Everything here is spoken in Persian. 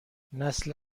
نسل